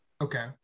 Okay